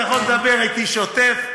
אתה יכול לדבר אתי שוטף.